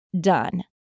done